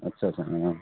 आत्सा आत्सा